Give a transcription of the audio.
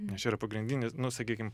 nes čia yra pagrindinis nu sakykim